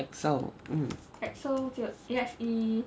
axel mm